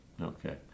Okay